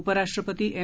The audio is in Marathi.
उपराष्ट्रपती एम